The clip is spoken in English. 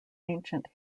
ancient